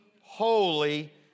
holy